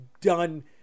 done